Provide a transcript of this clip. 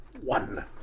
one